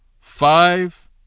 Five